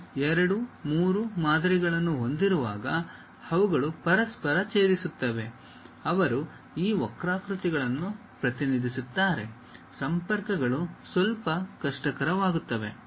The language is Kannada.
ನೀವು ಎರಡು ಮೂರು ಮಾದರಿಗಳನ್ನು ಹೊಂದಿರುವಾಗ ಅವುಗಳು ಪರಸ್ಪರ ಛೇದಿಸುತ್ತವೆ ಅವರು ಈ ವಕ್ರಾಕೃತಿಗಳನ್ನು ಪ್ರತಿನಿಧಿಸುತ್ತಾರೆ ಸಂಪರ್ಕಗಳು ಸ್ವಲ್ಪ ಕಷ್ಟಕರವಾಗುತ್ತವೆ